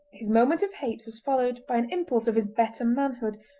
his moment of hate was followed by an impulse of his better manhood,